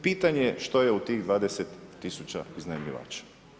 Pitanje je što je u tih 20 tisuća iznajmljivača.